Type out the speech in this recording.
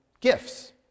gifts